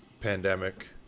pandemic